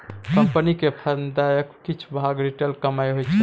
company केर फायदाक किछ भाग रिटेंड कमाइ होइ छै